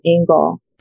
angle